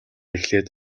эхлээд